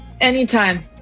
anytime